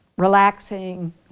relaxing